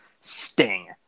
Sting